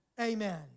Amen